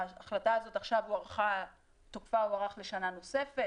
ההחלטה הזאת, תוקפה הוארך לשנה נוספת.